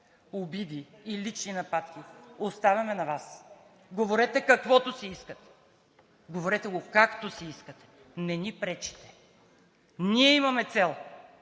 обиди и лични нападки оставяме на Вас. Говорете каквото си искате, говорете го както си искате, не ни пречите. Ние имаме цел,